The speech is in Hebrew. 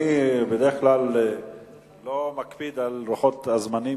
אני בדרך כלל לא מקפיד על לוחות הזמנים